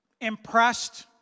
impressed